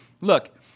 look